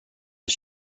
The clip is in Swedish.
jag